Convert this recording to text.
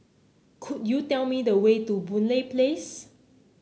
could you tell me the way to Boon Lay Place